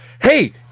hey